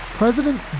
President